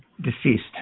Deceased